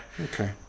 Okay